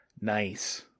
Nice